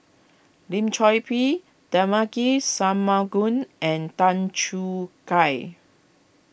Lim Chor Pee Devagi Sanmugam and Tan Choo Kai